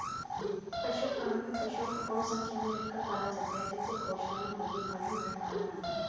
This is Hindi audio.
पशु फॉर्म में पशुओं को बहुत संख्या में रखकर पाला जाता है जैसे गौशाला, मुर्गी पालन, भेड़ पालन आदि